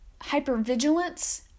Hypervigilance